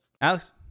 Alex